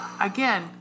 again